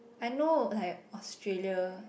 I know like Australia